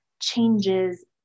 changes